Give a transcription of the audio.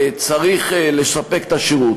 צריך לספק את השירות.